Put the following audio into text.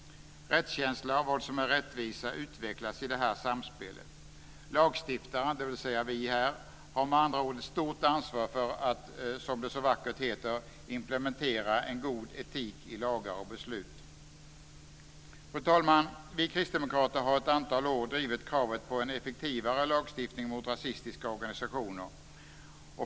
Rättskänsla och vad som är rättvisa utvecklas i detta samspel. Lagstiftaren, dvs. vi här, har med andra ord ett stort ansvar för att som det så vackert heter implementera en god etik i lagar och beslut. Fru talman! Vi kristdemokrater har ett antal år drivit kravet på en effektivare lagstiftning mot rasistiska organisationer.